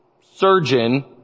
surgeon